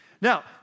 Now